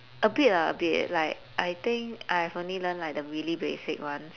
a bit lah a bit like I think I've only learnt like the really basic ones